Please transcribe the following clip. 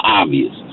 obvious